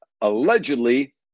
allegedly